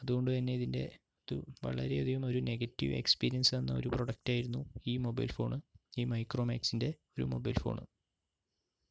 അതുകൊണ്ടു തന്നെ ഇതിൻ്റെ ഇത് വളരെ അധികം ഒരു നെഗറ്റീവ് എക്സ്പീരിയൻസ് തന്ന ഒരു പ്രൊഡക്റ്റ് ആയിരുന്നു ഈ മൊബൈൽ ഫോൺ ഈ മൈക്രോമാക്സിൻ്റെ ഒരു മൊബൈൽ ഫോൺ